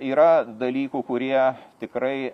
yra dalykų kurie tikrai